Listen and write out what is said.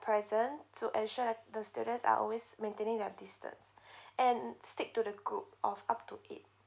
presence to ensure that the students are always maintaining their distance and stick to the group of up to eight